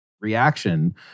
reaction